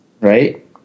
Right